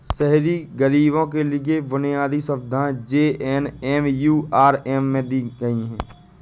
शहरी गरीबों के लिए बुनियादी सुविधाएं जे.एन.एम.यू.आर.एम में दी गई